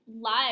live